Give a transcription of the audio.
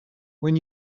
when